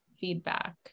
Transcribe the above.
feedback